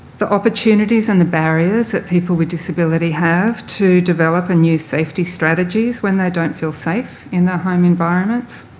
the opportunities and the barriers that people with disability have to develop a new safety strategies when they don't feel safe in their home environments.